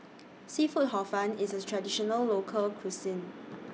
Seafood Hor Fun IS A Traditional Local Cuisine